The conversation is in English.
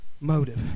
motive